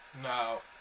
No